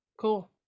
Cool